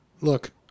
Look